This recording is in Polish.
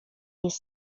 jest